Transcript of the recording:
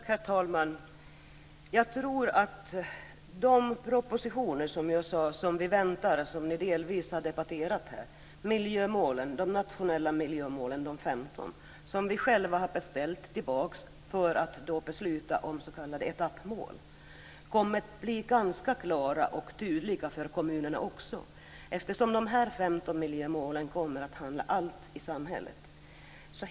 Herr talman! Jag tror att de propositioner om de 15 nationella miljömålen som vi delvis har debatterat och som vi själva har beställt tillbaka, för att vi ska besluta om s.k. etappmål, kommer att bli ganska klara och tydliga för kommunerna också, eftersom de 15 miljömålen kommer att handla om allt i samhället.